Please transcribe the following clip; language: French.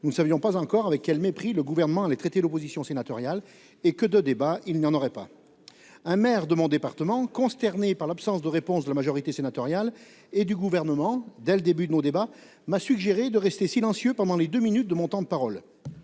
Nous ne savions pas encore avec quel mépris le gouvernement les traiter l'opposition sénatoriale et que de débat il n'y en aurait pas. Un maire de mon département consternée par l'absence de réponse de la majorité sénatoriale et du gouvernement dès le début de nos débats m'a suggéré de rester silencieux pendant les deux minutes de mon temps de parole.